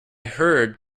heard